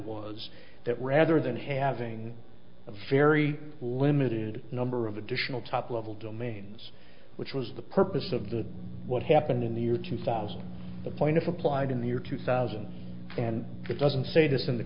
was that rather than having a very limited number of additional top level domains which was the purpose of the what happened in the year two thousand the point if applied in the year two thousand and it doesn't say this in the